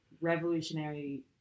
revolutionary